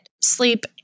sleep